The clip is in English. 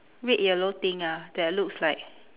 red yellow thing ah that looks like